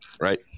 Right